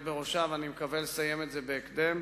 בראשה ואני מקווה לסיים את זה בהקדם,